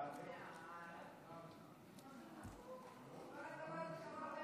ההצעה להעביר את הצעת חוק זכויות